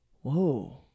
Whoa